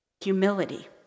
Humility